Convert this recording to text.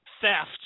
theft